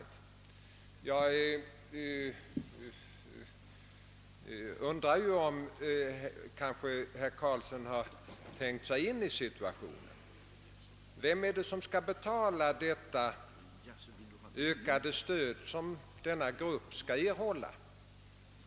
Jag undrar om herr Karlsson i Huddinge har tänkt sig in i situationen. Vem skall betala det ökade stöd som denna grupp skall erhålla?